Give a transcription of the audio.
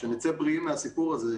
ושנצא בריאים מהסיפור הזה,